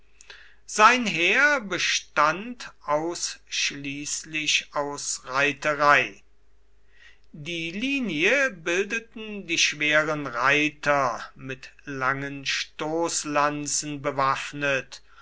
sein heer bestand ausschließlich aus reiterei die linie bildeten die schweren reiter mit langen stoßlanzen bewaffnet